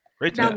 Great